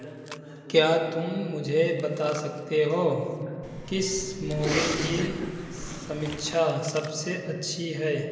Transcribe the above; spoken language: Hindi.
क्या तुम मुझे बता सकते हो किस मूवी की समीक्षा सबसे अच्छी है